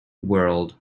world